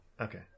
Okay